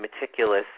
meticulous